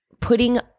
putting